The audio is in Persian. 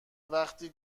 وقتی